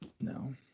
No